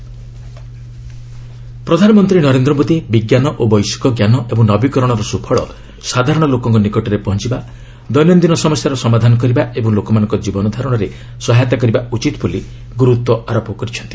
PM ଷ୍ଟିଆକ୍ ପ୍ରଧାନମନ୍ତ୍ରୀ ନରେନ୍ଦ୍ର ମୋଦି ବିଜ୍ଞାନ ଓ ବୈଷୟିକଜ୍ଞାନ ଏବଂ ନବିକରଣର ସୁଫଳ ସାଧାରଣ ଲୋକଙ୍କ ନିକଟରେ ପହଞ୍ଚିବା ଦୈନନ୍ଦିନ ସମସ୍ୟାର ସମାଧାନ କରିବା ଓ ଲୋକମାନଙ୍କ ଜୀବନଧାରଣରେ ସହାୟତା କରିବା ଉଚିତ୍ ବୋଲି ଗୁରୁତ୍ୱ ପ୍ରଦାନ କରିଛନ୍ତି